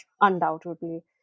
undoubtedly